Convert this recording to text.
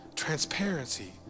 transparency